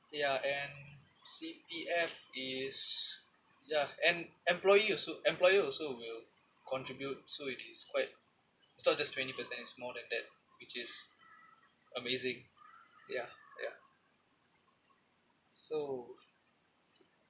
ya and C_P_F is ya and employee also employer also will contribute so it is quite so I thought just twenty per cent is more than that which is amazing ya ya so